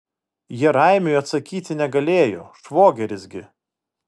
jie raimiui atsakyti negalėjo švogeris gi